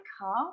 car